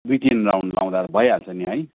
दुई तिन राउन्ड लगाउँदा भइहाल्छ नि है